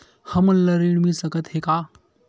हमन ला ऋण मिल सकत हे का?